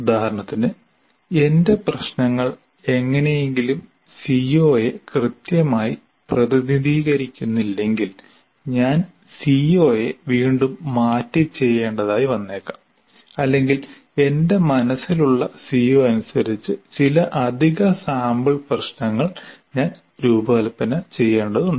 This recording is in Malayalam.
ഉദാഹരണത്തിന് എന്റെ പ്രശ്നങ്ങൾ എങ്ങനെയെങ്കിലും സിഒയെ കൃത്യമായി പ്രതിനിധീകരിക്കുന്നില്ലെങ്കിൽ ഞാൻ സിഒയെ വീണ്ടും മാറ്റി ചെയ്യേണ്ടതായി വന്നേക്കാം അല്ലെങ്കിൽ എന്റെ മനസ്സിലുള്ള സിഒ അനുസരിച്ച് ചില അധിക സാമ്പിൾ പ്രശ്നങ്ങൾ ഞാൻ രൂപകൽപ്പന ചെയ്യേണ്ടതുണ്ട്